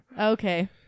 Okay